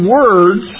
words